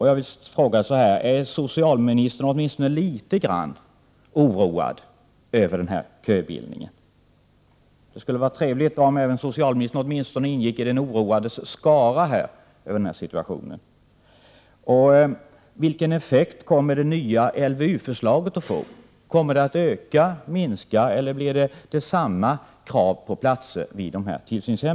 Jag vill fråga så här: Är socialministern åtminstone litet grand oroad över denna köbildning? Det skulle vara bra om även socialministern åtminstone ingick i de oroades skara över situationen. Vilken effekt kommer det nya LVU-förslaget att få? Kommer det att innebära ökade, minskade eller oförändrade krav på platser vid dessa tillsynshem?